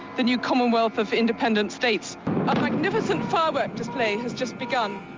the new commonwealth of independent states. a magnificent firework display has just begun,